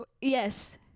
Yes